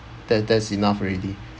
then that's enough already